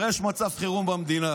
הרי יש מצב חירום במדינה